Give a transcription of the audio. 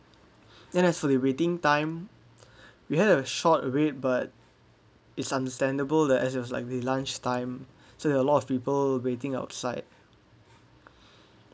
then as for the waiting time we had a short wait but is understandable that as it was like the lunchtime so a lot of people waiting outside